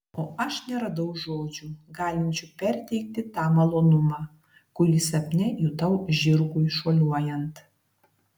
o aš neradau žodžių galinčių perteikti tą malonumą kurį sapne jutau žirgui šuoliuojant